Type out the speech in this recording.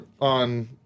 on